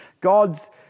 God's